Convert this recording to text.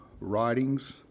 writings